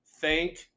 thank